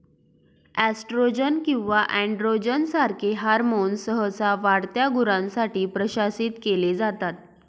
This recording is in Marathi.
एस्ट्रोजन किंवा एनड्रोजन सारखे हॉर्मोन्स सहसा वाढत्या गुरांसाठी प्रशासित केले जातात